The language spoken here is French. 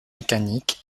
mécanique